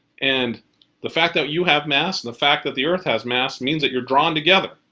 and the fact that you have mass and the fact that the earth has mass means that you're drawn together.